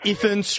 Ethan